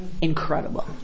incredible